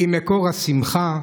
היא מקור השמחה,